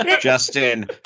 Justin